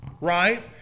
right